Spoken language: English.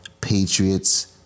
Patriots